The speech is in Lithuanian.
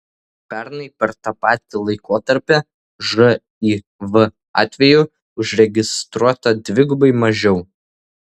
pernai per tą patį laikotarpį živ atvejų užregistruota dvigubai mažiau